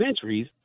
centuries